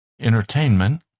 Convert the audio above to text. entertainment